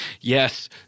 Yes